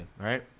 right